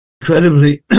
incredibly